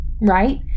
right